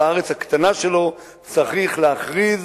על הארץ הקטנה שלו צריך להכריז